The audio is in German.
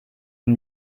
ihm